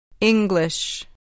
English